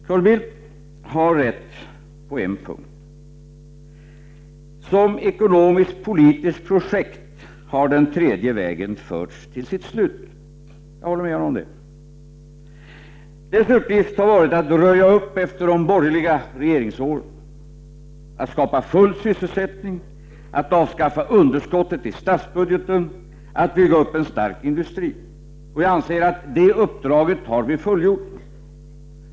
Carl Bildt har rätt på en punkt: som ekonomisk-politiskt projekt har den tredje vägen förts till sitt slut. Dess uppgift har varit att röja upp efter de borgerliga regeringsåren, att skapa full sysselsättning, att avskaffa underskottet i statsbudgeten och att bygga upp en stark industri. Jag anser att vi har fullgjort det uppdraget.